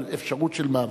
האפשרות של מעבר.